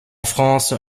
france